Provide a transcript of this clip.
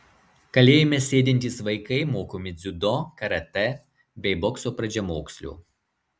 kalėjime sėdintys vaikai mokomi dziudo karatė bei bokso pradžiamokslio